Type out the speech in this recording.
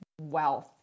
wealth